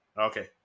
Okay